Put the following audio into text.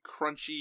crunchy